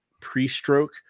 pre-stroke